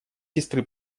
сестры